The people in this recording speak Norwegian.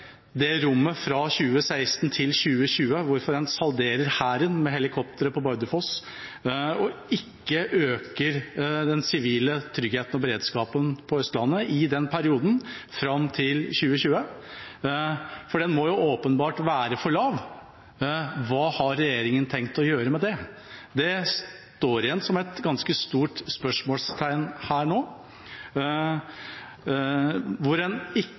det rommet fra 2016 til 2020, hvorfor en salderer Hæren med helikoptre på Bardufoss og ikke øker den sivile tryggheten og beredskapen på Østlandet i den perioden, fram til 2020, for den må åpenbart være for lav. Hva har regjeringa tenkt å gjøre med det? Det står igjen som et ganske stort spørsmålstegn her nå, hvor en ikke